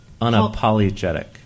unapologetic